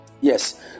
Yes